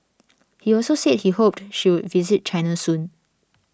he also said he hoped she would visit China soon